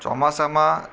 ચોમાસામાં